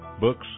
books